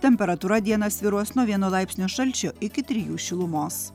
temperatūra dieną svyruos nuo vieno laipsnio šalčio iki trijų šilumos